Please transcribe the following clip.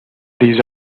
these